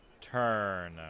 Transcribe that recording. turn